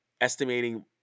estimating